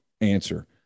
answer